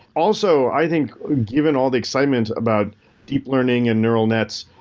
also, i think given all the excitement about deep learning and neural nets,